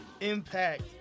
impact